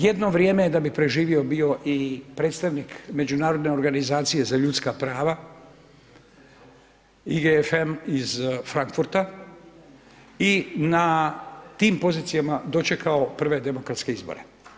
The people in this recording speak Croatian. Jedno vrijeme je da bi preživio bio i predstavnik Međunarodne organizacije za ljudska prava IFM iz Frankfurta i na tim pozicijama dočekao prve demokratske izbore.